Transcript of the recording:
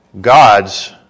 God's